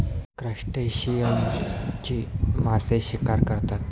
क्रस्टेशियन्सची मासे शिकार करतात